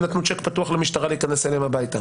הם נתנו צ'ק פתוח למשטרה להיכנס אליהם הביתה.